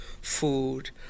food